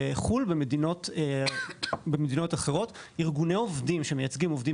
בחו"ל במדינות אחרות ארגוני עובדים שמייצגים עובדים